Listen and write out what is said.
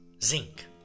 zinc